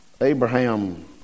Abraham